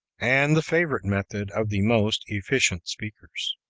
and the favorite method of the most efficient speakers.